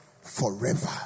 forever